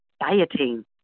dieting